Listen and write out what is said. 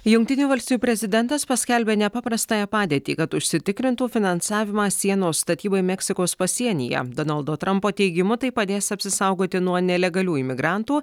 jungtinių valstijų prezidentas paskelbė nepaprastąją padėtį kad užsitikrintų finansavimą sienos statybai meksikos pasienyje donaldo trampo teigimu tai padės apsisaugoti nuo nelegalių imigrantų